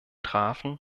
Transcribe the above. trafen